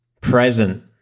present